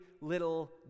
little